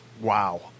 wow